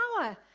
power